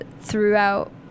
throughout